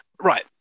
right